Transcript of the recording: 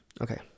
Okay